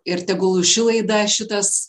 ir tegul ši laida šitas